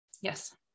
Yes